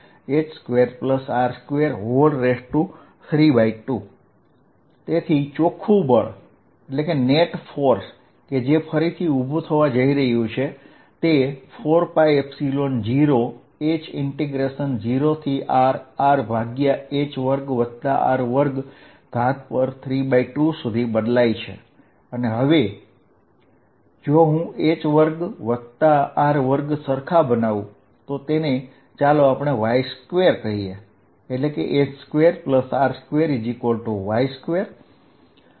FQq4π0hh2R232 dFringσ2πqh rdr4π0h2R232 અને તેથી net force જે પણ વર્ટીકલ જ હશે તે 2πσqh4π00Rrdrh2r232 હશે હવે જો હું અહીં h2r2 ને y2 થી સબ્સિટ્યૂટ કરું છું